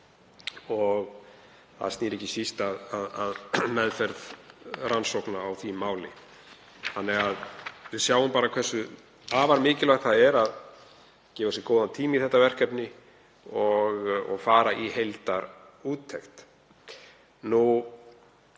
Það snýr ekki síst að meðferð rannsóknar á því máli. Þannig að við sjáum hversu mikilvægt það er að gefa sér góðan tíma í þetta verkefni og fara í heildarúttekt.